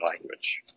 language